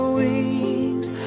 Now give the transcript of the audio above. wings